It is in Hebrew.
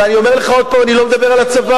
ואני אומר לך עוד הפעם: אני לא מדבר על הצבא.